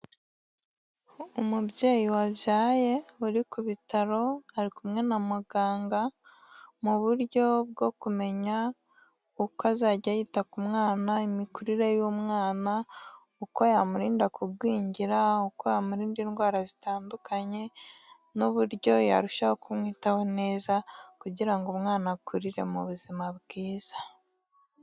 Umubyeyi wabyaye uri ku bitaro ari kumwe na muganga, mu buryo bwo kumenya uko azajya yita ku mwana, imikurire y'umwana, uko yamurinda kugwingira, uko yamurinda indwara zitandukanye n'uburyo yarushaho kumwitaho neza kugira ngo umwana akurire mu buzima bwiza.